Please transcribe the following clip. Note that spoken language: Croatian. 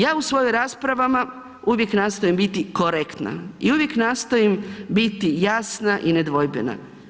Ja u svojim raspravama uvijek nastojim biti korektna i uvijek nastojim biti jasna i nedvojbena.